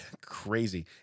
Crazy